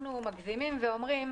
אנחנו מגזימים ואומרים: